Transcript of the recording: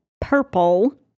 purple